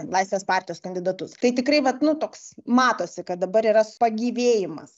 laisvės partijos kandidatus tai tikrai vat nu toks matosi kad dabar yra pagyvėjimas